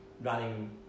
running